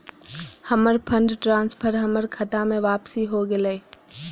हमर fund transfer हमर खता में वापसी हो गेलय